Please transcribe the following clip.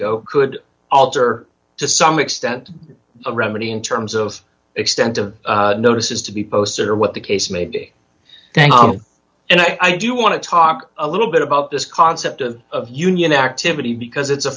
could alter to some extent a remedy in terms of extent of notice is to be posted or what the case maybe and i do want to talk a little bit about this concept of union activity because it's a